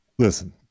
Listen